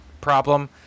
problem